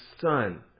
Son